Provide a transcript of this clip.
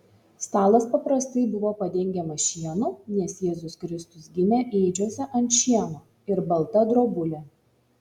stalas paprastai buvo padengiamas šienu nes jėzus kristus gimė ėdžiose ant šieno ir balta drobule